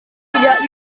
tidak